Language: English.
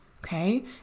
Okay